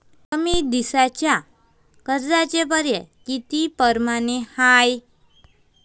कमी दिसाच्या कर्जाचे पर्याय किती परमाने हाय?